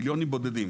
מיליונים בודדים.